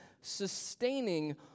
sustaining